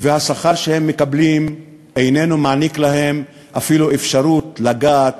והשכר שהם מקבלים איננו מעניק להם אפילו אפשרות לגעת